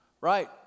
Right